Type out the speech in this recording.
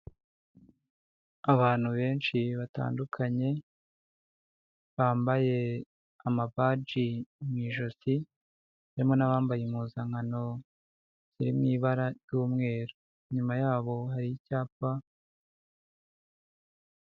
Abantu benshi batandukanye bambaye amabaji mu ijosi, harimo n'abambaye impuzankano ziri mu ibara ry'umweru, inyuma yabo hari icyapa.